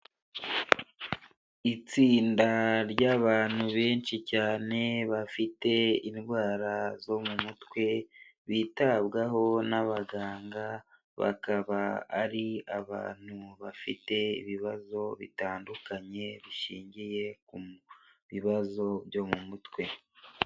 Itsinda ry'abantu benshi cyane bafite indwara zo mu mutwe, bitabwaho n'abaganga, bakaba ari abantu bafite ibibazo bitandukanye bishingiye ku bibazo byo mu mutwe.